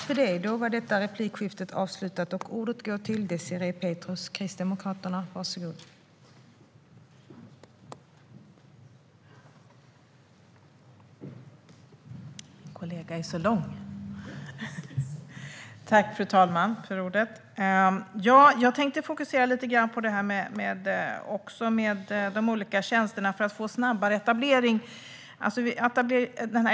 Fru talman! Jag tänkte fokusera lite grann på de olika tjänsterna för att få snabbare etablering.